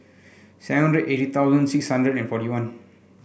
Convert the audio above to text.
seven hundred eighty thousand six hundred and forty one